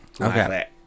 Okay